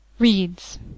Reads